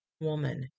woman